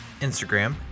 Instagram